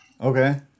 Okay